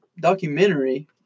documentary